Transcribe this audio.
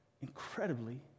incredibly